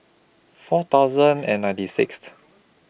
four thousand and ninety Sixth